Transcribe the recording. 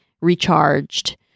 recharged